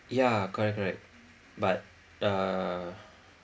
ya correct correct but err